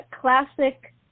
classic